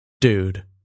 Dude